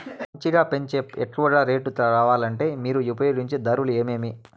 మంచిగా పెంచే ఎక్కువగా రేటు రావాలంటే మీరు ఉపయోగించే దారులు ఎమిమీ?